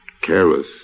careless